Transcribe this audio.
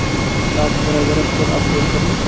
اچھا اچھا software وغیرہ چھُوا اَپ ڈیٚٹ کوٚرمُت